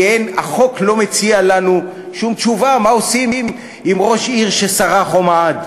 כי החוק לא מציע לנו שום תשובה מה עושים עם ראש עיר שסרח או מעד.